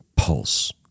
pulse